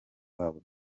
wabo